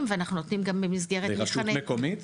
ואנחנו נותנים גם במסגרת --- לרשות מקומית?